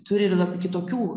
turi ir lab kitokių